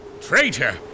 traitor